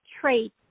traits